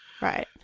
Right